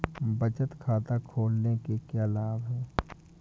बचत खाता खोलने के क्या लाभ हैं?